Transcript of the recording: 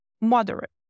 moderate